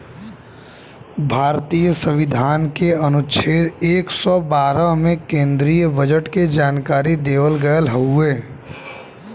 भारतीय संविधान के अनुच्छेद एक सौ बारह में केन्द्रीय बजट के जानकारी देवल गयल हउवे